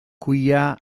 kuia